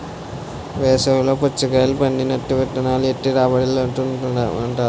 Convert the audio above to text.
వేసవి లో పుచ్చకాయలు పండినట్టు విత్తనాలు ఏత్తె రాబడికి లోటుండదు